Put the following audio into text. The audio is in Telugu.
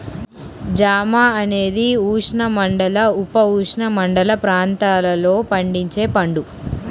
జామ అనేది ఉష్ణమండల, ఉపఉష్ణమండల ప్రాంతాలలో పండించే పండు